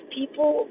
people